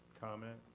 comment